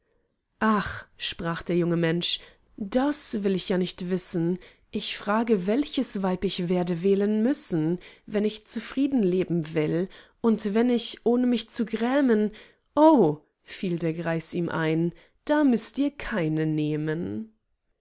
ach sprach der junge mensch das will ich ja nicht wissen ich frage welches weib ich werde wählen müssen wenn ich zufrieden leben will und wenn ich ohne mich zu grämen o fiel der greis ihm ein da müßt ihr keine nehmen